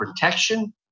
protection